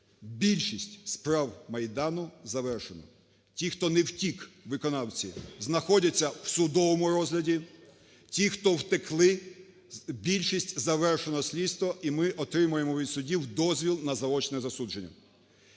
більшість справ Майдану завершено. Ті, хто не втік – виконавці – знаходяться в судовому розгляді, ті, хто втекли, більшість завершено слідство і ми отримуємо від судів дозвіл на заочне засудження.